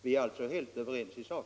Vi är alltså helt överens i sak.